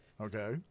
Okay